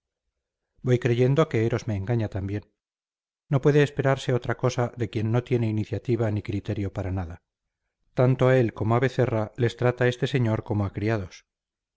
voy creyendo que heros me engaña también no puede esperarse otra cosa de quien no tiene iniciativa ni criterio para nada tanto a él como a becerra les trata este señor como a criados